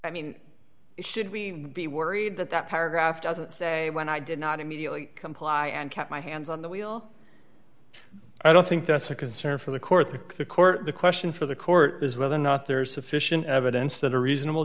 i mean should we be worried that that paragraph doesn't say when i did not immediately comply and kept my hands on the wheel i don't think that's a concern for the court that the court the question for the court is whether or not there is sufficient evidence that a reasonable